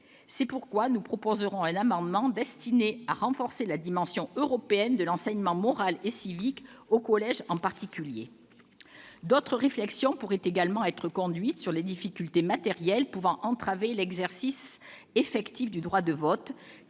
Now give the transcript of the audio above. C'est pourquoi nous présenterons un amendement visant à renforcer la dimension européenne de l'enseignement moral et civique, en particulier au collège. D'autres réflexions pourraient également être conduites sur les difficultés matérielles susceptibles d'entraver l'exercice effectif du droit de vote